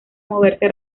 moverse